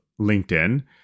LinkedIn